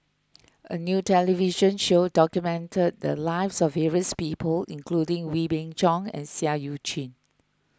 a new television show documented the lives of various people including Wee Beng Chong and Seah Eu Chin